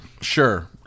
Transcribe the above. Sure